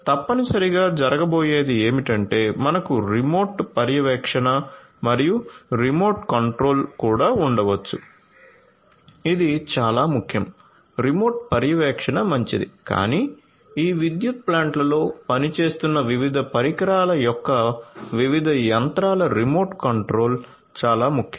తప్పనిసరిగా జరగబోయేది ఏమిటంటే మనకు రిమోట్ పర్యవేక్షణ మరియు రిమోట్ కంట్రోల్ కూడా ఉండవచ్చు ఇది చాలా ముఖ్యం రిమోట్ పర్యవేక్షణ మంచిది కానీ ఈ విద్యుత్ ప్లాంట్లలో పనిచేస్తున్న వివిధ పరికరాల యొక్క వివిధ యంత్రాల రిమోట్ కంట్రోల్ చాలా ముఖ్యం